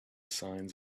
signs